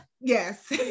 yes